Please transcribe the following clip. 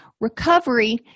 Recovery